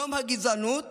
יום הגזענות